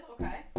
okay